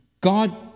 God